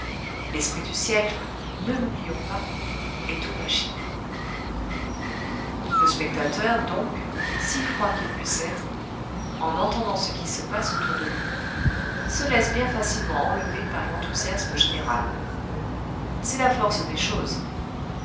l'esprit du siècle ne l'oublions pas est aux machines le spectateur donc si froid qu'il puisse être en entendant ce qui se passe autour de lui se laisse bien facilement enlever par l'enthousiasme général c'est la force des choses